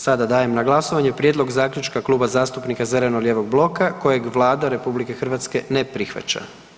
Sada dajem na glasovanje Prijedlog Zaključka Kluba zastupnika zeleno-lijevog bloka kojeg Vlada RH ne prihvaća.